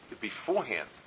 beforehand